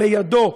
לידו,